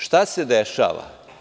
Šta se dešava?